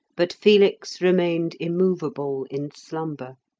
but felix remained immovable in slumber.